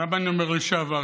ולמה אני אומר "לשעבר"?